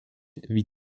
wie